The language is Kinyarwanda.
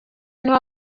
niho